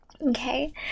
Okay